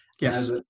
Yes